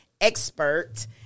expert